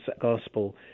Gospel